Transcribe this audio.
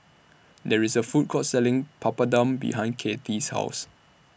There IS A Food Court Selling Papadum behind Kathy's House